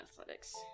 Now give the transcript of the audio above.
Athletics